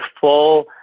full